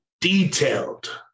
detailed